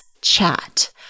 chat